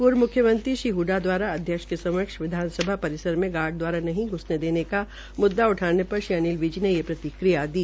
पूर्व मुख्यमंत्री श्री हडडा द्वारा अध्यक्ष के समक्ष विधानसभा परिसार में गार्ड द्वारा नहीं घुसने देने का मुद्दा उठाने पर श्री अनिल विज ने ये प्रतिक्रिया दी